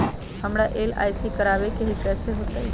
हमरा एल.आई.सी करवावे के हई कैसे होतई?